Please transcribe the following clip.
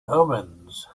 omens